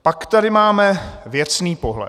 Pak tady máme věcný pohled.